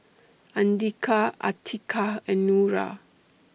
Andika Atiqah and Nura